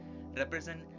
represent